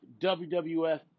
WWF